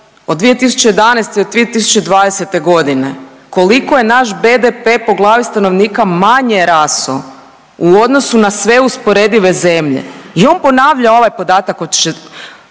od 2011.-2020.g. koliko je naš BDP po glavi stanovnika manje raso u odnosu na sve usporedive zemlje i on ponavlja ovaj podatak rasta